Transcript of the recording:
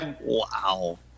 Wow